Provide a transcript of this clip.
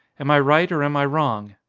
am i right or am i wrong?